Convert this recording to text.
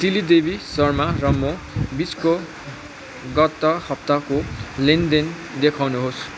तिली देवी शर्मा र म बिचको गत हप्ताको लेनदेन देखाउनुहोस्